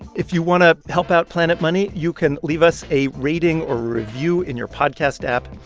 if you want to help out planet money, you can leave us a rating or review in your podcast app.